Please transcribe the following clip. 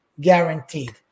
Guaranteed